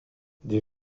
des